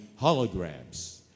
holograms